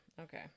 okay